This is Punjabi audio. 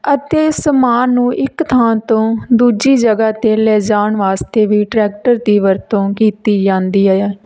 ਅਤੇ ਸਮਾਨ ਨੂੰ ਇੱਕ ਥਾਂ ਤੋਂ ਦੂਜੀ ਜਗ੍ਹਾ 'ਤੇ ਲਿਜਾਣ ਵਾਸਤੇ ਵੀ ਟਰੈਕਟਰ ਦੀ ਵਰਤੋਂ ਕੀਤੀ ਜਾਂਦੀ ਹੈ